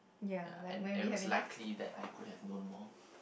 ya and and it was likely that I could have known more